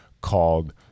called